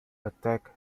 attacked